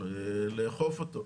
כדי לאכוף אותו.